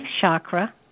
chakra